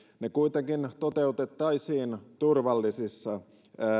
ne kuitenkin toteutettaisiin turvallisissa